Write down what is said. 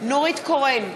נורית קורן,